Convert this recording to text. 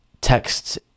texts